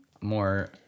more